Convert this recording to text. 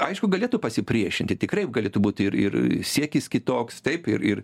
aišku galėtų pasipriešinti tikrai galėtų būt ir ir siekis kitoks taip ir ir